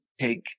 take